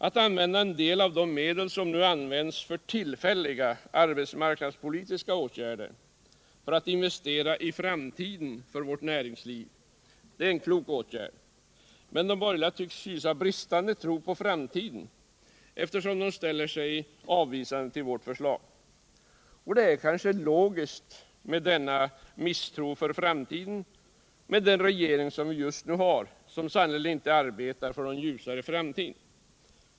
Att använda en del av de medel som nu används för tillfälliga ar betsmarknadspolitiska åtgärder för att investera i framtiden för vårt näringsliv är en klok åtgärd. Men de borgerliga tycks hysa en bristande tro på framtiden, eftersom de ställer sig avvisande till vårt förslag. Det är kanske logiskt att hysa denna misstro gentemot framtiden med den regering som vi just nu har, som sannerligen inte arbetar för någon ljusare framtid.